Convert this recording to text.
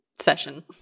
session